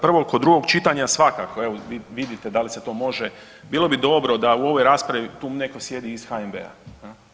Prvo, kod drugog čitanja svakako, evo vidite da li se to može bilo bi dobro da u ovoj raspravi tu netko sjedi iz HNB-a.